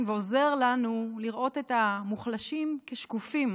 ועוזר לנו לראות את המוחלשים כשקופים.